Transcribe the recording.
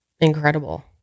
incredible